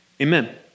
Amen